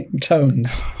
tones